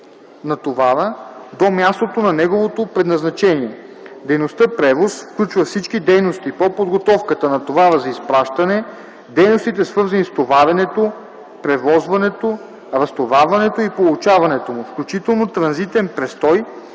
на товара до мястото на неговото предназначение. Дейността „превоз” включва всички дейности по подготовката на товара за изпращане, дейностите, свързани с товаренето, превозването, разтоварването и получаването му, включително транзитен престой